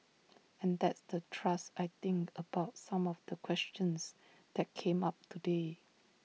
and that's the thrust I think about some of the questions that came up today